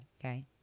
Okay